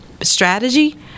strategy